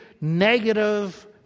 negative